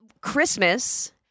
Christmas